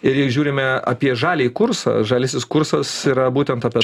ir jei žiūrime apie žaliąjį kursą žaliasis kursas yra būtent apie